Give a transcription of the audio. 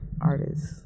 artists